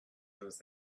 was